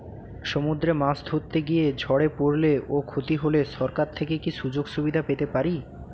সমুদ্রে মাছ ধরতে গিয়ে ঝড়ে পরলে ও ক্ষতি হলে সরকার থেকে কি সুযোগ সুবিধা পেতে পারি?